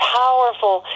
powerful